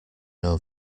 know